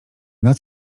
nad